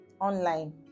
online